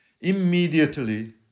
Immediately